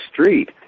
street